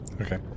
Okay